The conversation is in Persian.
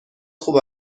خوب